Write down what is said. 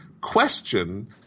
question